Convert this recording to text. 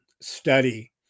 study